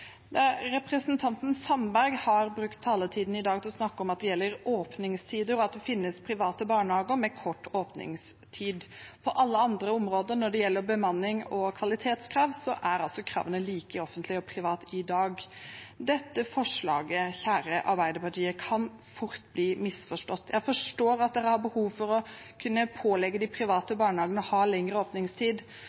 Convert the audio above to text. Venstreparti. Representanten Sandberg har brukt taletiden i dag til å snakke om at det gjelder åpningstider, og at det finnes private barnehager med kort åpningstid. På alle andre områder når det gjelder bemanning og kvalitetskrav, er kravene i dag like i offentlige og i private. Dette forslaget, kjære Arbeiderpartiet, kan fort bli misforstått. Jeg forstår at Arbeiderpartiet har behov for å kunne pålegge de private barnehagene å ha lengre åpningstid.